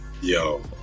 yo